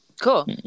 Cool